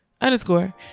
underscore